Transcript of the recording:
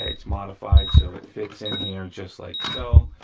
it's modified so it fits in here just like so.